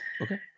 Okay